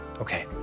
Okay